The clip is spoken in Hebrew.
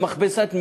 במכבסת מילים.